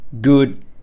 good